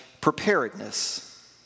preparedness